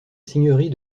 seigneurie